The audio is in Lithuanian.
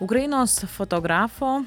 ukrainos fotografo